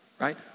right